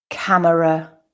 Camera